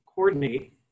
coordinate